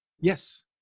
Yes